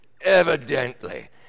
evidently